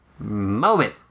Moment